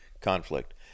conflict